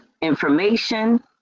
information